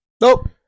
Nope